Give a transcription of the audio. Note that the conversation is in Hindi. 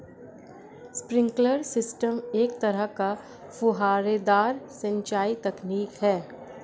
स्प्रिंकलर सिस्टम एक तरह का फुहारेदार सिंचाई तकनीक है